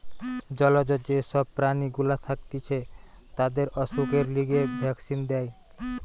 জলজ যে সব প্রাণী গুলা থাকতিছে তাদের অসুখের লিগে ভ্যাক্সিন দেয়